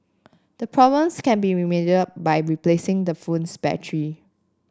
the problems can be remedied by replacing the phone's battery